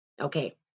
Okay